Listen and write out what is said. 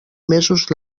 mesos